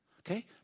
Okay